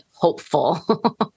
Hopeful